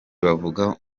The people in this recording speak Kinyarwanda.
bavuga